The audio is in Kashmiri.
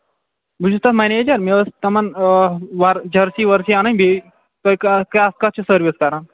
بہٕ چھُس تَتھ منیجر مےٚ ٲسۍ تِمَن ور جٔرسی ؤرسی اَنٕنۍ بیٚیہِ تُہۍ کَتھ کتھ چھِو سٔروِس کران